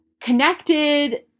connected